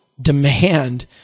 demand